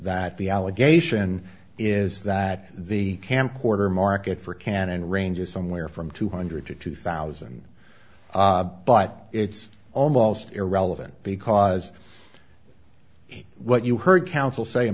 that the allegation is that the camcorder market for canon range is somewhere from two hundred to two thousand but it's almost irrelevant because what you heard counsel say a